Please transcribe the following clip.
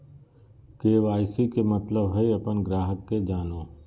KYC के मतलब हइ अपन ग्राहक के जानो